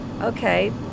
okay